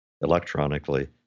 electronically